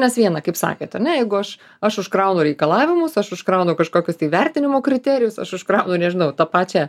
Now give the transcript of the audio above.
nes viena kaip sakėt ar ne jeigu aš aš užkraunu reikalavimus aš užkraunu kažkokius tai vertinimo kriterijus aš užkraunu nežinau tą pačią